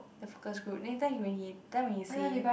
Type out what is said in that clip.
the focus group then later when he done when he say